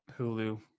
Hulu